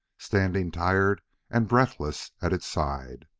standing tired and breathless at its side.